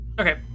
Okay